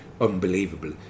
unbelievable